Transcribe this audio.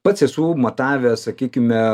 pats esu matavęs sakykime